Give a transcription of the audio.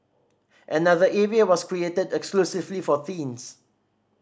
another area was created exclusively for teens